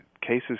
Cases